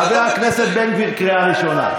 חבר הכנסת בן גביר, קריאה ראשונה.